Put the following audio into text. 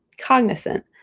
cognizant